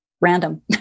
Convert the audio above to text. random